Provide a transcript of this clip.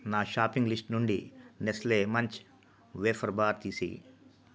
నా shopping list నుండి Nestle Munch wafer bar తీసేయి